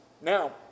Now